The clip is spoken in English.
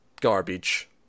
garbage